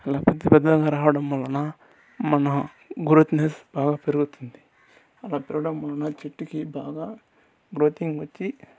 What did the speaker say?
అలా పెద్ద పెద్దదిగా రావడం వలన మన గ్రోత్నెస్ బాగా పెరుగుతుంది అలా పెరగడం వలన చెట్టుకి బాగా గ్రోతింగ్ వచ్చి